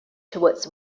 toward